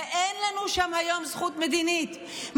ואין לנו זכות מדינית שם היום,